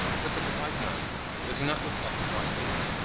look at the white man does he not look like a white ape?